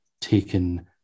taken